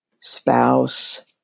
spouse